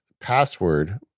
password